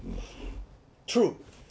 true